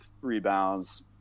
rebounds